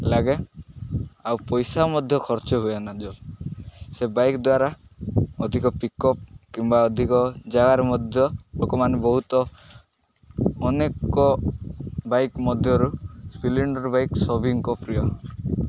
ଲାଗେ ଆଉ ପଇସା ମଧ୍ୟ ଖର୍ଚ୍ଚ ହୁଏ ନା ଯ ସେ ବାଇକ୍ ଦ୍ୱାରା ଅଧିକ ପିକଅପ୍ କିମ୍ବା ଅଧିକ ଜାଗାରେ ମଧ୍ୟ ଲୋକମାନେ ବହୁତ ଅନେକ ବାଇକ୍ ମଧ୍ୟରୁ ସ୍ପ୍ଲେଣ୍ଡର୍ ବାଇକ୍ ସଭିଙ୍କ ପ୍ରିୟ